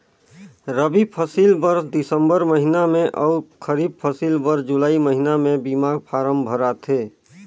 रबी फसिल बर दिसंबर महिना में अउ खरीब फसिल बर जुलाई महिना में बीमा फारम भराथे